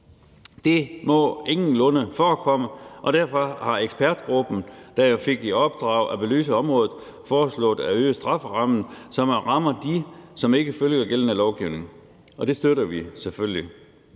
Det må ingenlunde forekomme, og derfor har ekspertgruppen, der jo fik i opdrag at belyse området, foreslået at øge strafferammen, så man rammer dem, som ikke følger gældende lovgivning. Det støtter vi selvfølgelig.